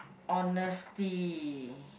honesty